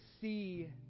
see